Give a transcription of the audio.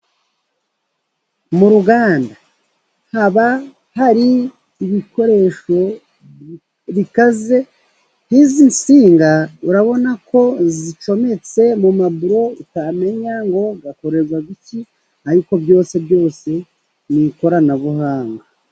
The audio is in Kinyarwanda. Mu ruganda haba hari ibikoresho bikaze, nk'izi nsinga, urabona ko zicometse mu maburo utamenya ngo akorerwa iki, ariko byose byose ni ikoranabuhanga.